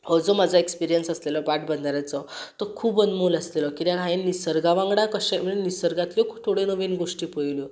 हो जो म्हाजो एक्स्पिऱ्यंस आसलेलो पाट बंदाऱ्याचो तो खूब अनमोल आसलेलो कित्याक हांयेन निसर्गा वांगडा कशें म्हणजे निसर्गांतल्यो खु थोड्यो नवीन गोश्टी पळयल्यो